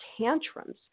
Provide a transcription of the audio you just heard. tantrums